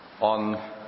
on